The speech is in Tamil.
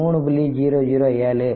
007 2